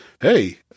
hey